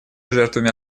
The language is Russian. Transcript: жертвами